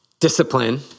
Discipline